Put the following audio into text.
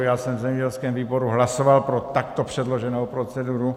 Já jsem v zemědělském výboru hlasoval pro takto předloženou proceduru.